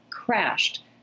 crashed